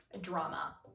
drama